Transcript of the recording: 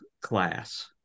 class